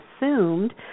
assumed